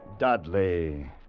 Dudley